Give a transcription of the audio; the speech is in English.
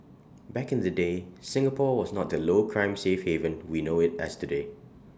back in the day Singapore was not the low crime safe haven we know IT as today